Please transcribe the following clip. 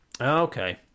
okay